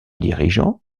dirigeant